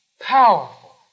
powerful